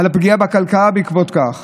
על הפגיעה בכלכלה בעקבות כך?